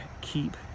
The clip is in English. keep